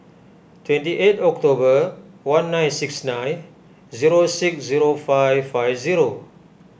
twenty eight October one nine six nine zero six zero five five zero